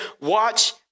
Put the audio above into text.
watch